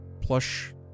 plush